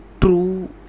true